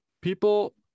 people